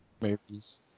movies